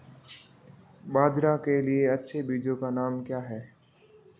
बाजरा के लिए अच्छे बीजों के नाम क्या हैं?